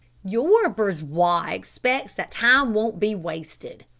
your bourgeois expects that time won't be wasted.